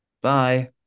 Bye